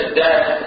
death